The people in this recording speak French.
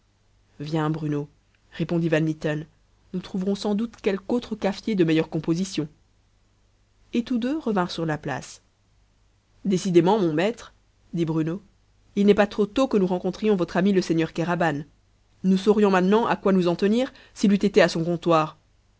viens bruno répondit van mitten nous trouverons sans doute quelque autre cafetier de meilleure composition et tous deux revinrent sur la place décidément mon maître dit bruno il n'est pas trop tôt que nous rencontrions votre ami le seigneur kéraban nous saurions maintenant à quoi nous en tenir s'il eût été à son comptoir